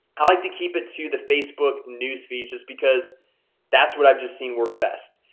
i like to keep it to the facebook newsfeed just because that's what i've just seen work best,